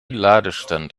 ladestand